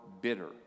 bitter